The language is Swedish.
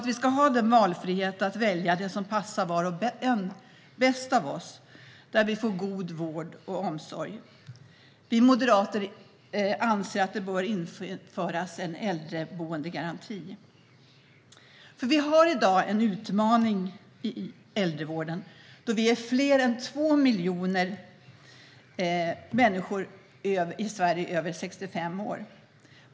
Vi ska ha valfrihet och kunna välja det boende som passar var och en av oss bäst och där vi får god vård och omsorg. Vi moderater anser att det bör införas en äldreboendegaranti. Vi har i dag en utmaning i äldrevården, då vi är fler än 2 miljoner människor över 65 år i Sverige.